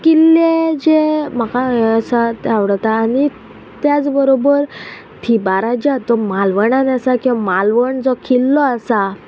किल्ले जे म्हाका हे आसा तें आवडटा आनी त्याच बरोबर थिबाराजो आहात मालवणान आसा किंवा मालवण जो किल्लो आसा